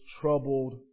troubled